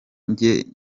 njye